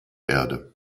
erde